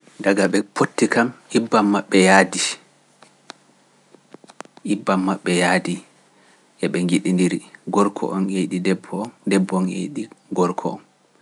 Daga ɓe poti kam ibban maɓɓe yahdi, ibban maɓɓe yahdi e ɓe njiɗindiri gorko on yeeƴi debbo on, debbo on yeeƴi gorko on.